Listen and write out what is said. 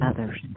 others